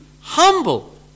humble